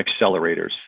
accelerators